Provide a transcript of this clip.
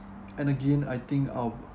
and again I think um